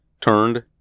turned